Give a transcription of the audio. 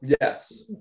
Yes